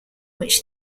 which